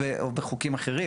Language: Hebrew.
או בחוקים אחרים.